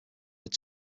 read